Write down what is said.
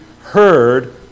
heard